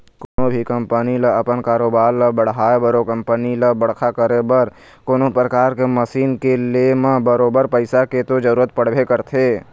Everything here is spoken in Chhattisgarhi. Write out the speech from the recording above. कोनो भी कंपनी ल अपन कारोबार ल बढ़ाय बर ओ कंपनी ल बड़का करे बर कोनो परकार के मसीन के ले म बरोबर पइसा के तो जरुरत पड़बे करथे